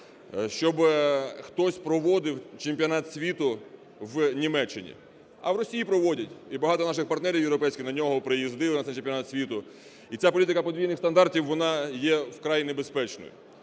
щоб хтось проводив чемпіонат світу в Німеччині? А в Росії проводять, і багато наших партнерів європейських на нього приїздили, на цей Чемпіонат світу, і ця політика подвійних стандартів вона є вкрай небезпечною.